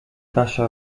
kasia